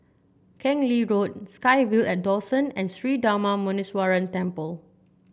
Keng Lee Road SkyVille and Dawson and Sri Darma Muneeswaran Temple